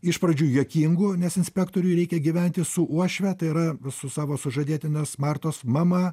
iš pradžių juokingų nes inspektoriui reikia gyventi su uošve tai yra visu savo sužadėtinės martos mama